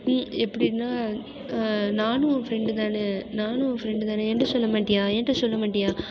எப்படினா நானும் ஒரு ஃப்ரெண்டு தானே நானும் அவள் ஃப்ரெண்டு தானே என்கிட்ட சொல்ல மாட்டியா என்கிட்ட சொல்ல மாட்டியா